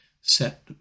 set